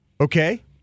Okay